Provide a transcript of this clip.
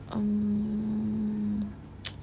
um